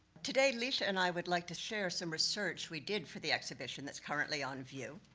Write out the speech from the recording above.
today, lisha and i would like to share some research we did for the exhibition, that's currently on view.